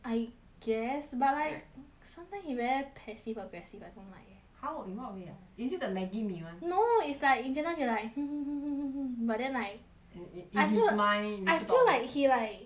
I guess but like sometimes he very passive aggressive I don't like eh how in what way ah is it the maggi mee [one] no is like just now he like but then like I feel in his mind I feel like